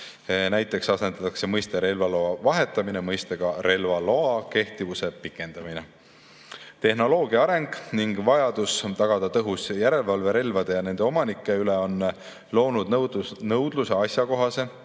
Näiteks asendatakse mõiste "relvaloa vahetamine" mõistega "relvaloa kehtivuse pikendamine". Tehnoloogia areng ning vajadus tagada tõhus järelevalve relvade ja nende omanike üle on loonud nõudluse asjakohase,